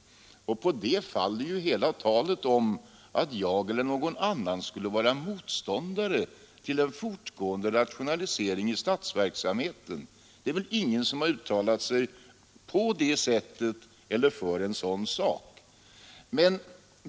På det faller ju hela talet om att jag eller någon annan skulle vara motståndare till en fortgående rationalisering av statsverksamheten. Det är ingen som har uttalat sig på det sättet eller för en sådan sak.